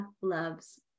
loves